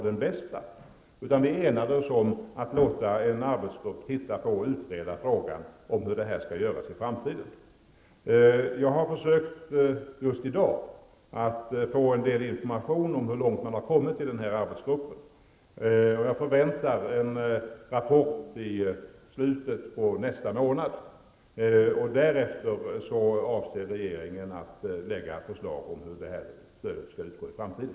Därför enades vi om att låta en arbetsgrupp utreda frågan om stödets framtida utformning. Jag har i dag försökt få viss information om hur långt arbetsgruppen har kommit, och jag förväntar mig en rapport i slutet av nästa månad. Därefter avser regeringen att lägga fram förslag om hur detta stöd skall ges i framtiden.